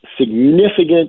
significant